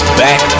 back